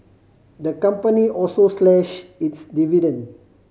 the company also slashed its dividend